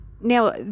now